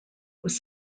was